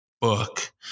book